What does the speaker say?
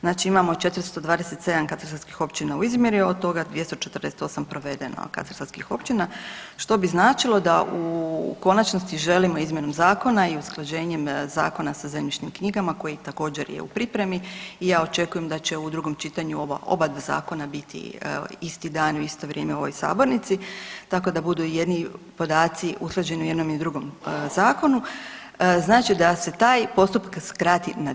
Znači imamo 427 katastarskih općina u izmjeri, od toga 248 provedeno katastarskih općina, što bi značilo da u konačnosti želimo izmjenom zakona i usklađenjem zakona sa zemljišnim knjigama koji također je u pripremi i ja očekujem da će u drugom čitanju ova obadva zakona biti isti dan i u isto vrijeme u ovoj sabornici, tako da budu jedni podaci usklađeni i u jednom i drugom zakon, znači da se taj postupak skrati na 2.g.